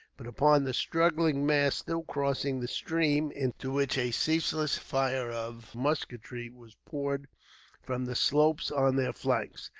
but upon the struggling mass still crossing the stream, into which a ceaseless fire of musketry was poured from the slopes on their flanks.